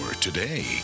today